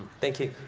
thank you.